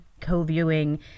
co-viewing